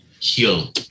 Heal